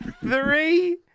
three